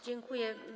Dziękuję.